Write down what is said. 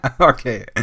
okay